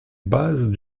bases